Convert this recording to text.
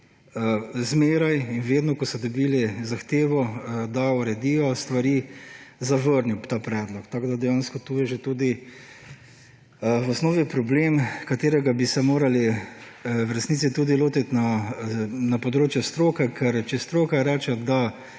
Razor vedno, ko so dobili zahtevo, da uredijo stvari, zavrnil ta predlog. Tako da je tu že v osnovi problem, ki bi se ga morali v resnici tudi lotiti na področju stroke. Če stroka reče, da